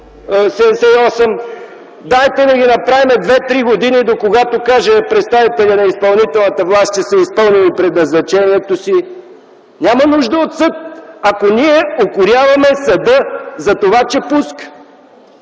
часа. Дайте да ги направим 2-3 години, докогато каже представителят на изпълнителната власт, че са изпълнили предназначението си. Няма нужда от съд, ако укоряваме съда за това, че пуска,